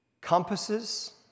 compasses